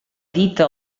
dita